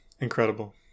Incredible